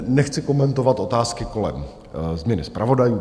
Nechci komentovat otázky kolem změny zpravodajů.